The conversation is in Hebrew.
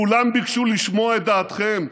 כולם ביקשו לשמוע את דעתכם,